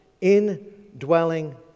indwelling